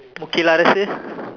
okay lah let's see